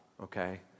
okay